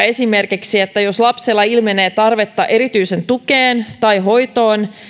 esimerkiksi että jos lapsella ilmenee tarvetta erityiseen tukeen tai hoitoon